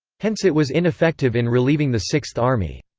hence it was ineffective in relieving the sixth army.